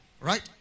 right